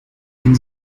ein